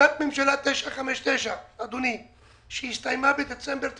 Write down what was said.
החלטת ממשלה 959 שהסתיימה בדצמבר 2019,